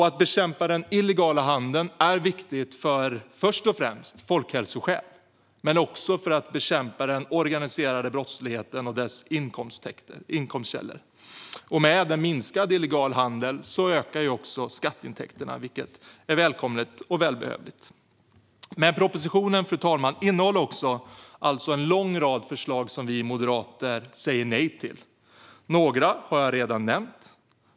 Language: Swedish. Att bekämpa den illegala handeln är viktigt först och främst av folkhälsoskäl men även för att bekämpa den organiserade brottsligheten och dess inkomstkällor. Med minskad illegal handel ökar också skatteintäkterna, vilket är välkommet och välbehövligt. Fru talman! Propositionen innehåller dock alltså även en lång rad förslag som vi moderater säger nej till. Några har jag redan nämnt.